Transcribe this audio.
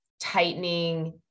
tightening